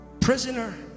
prisoner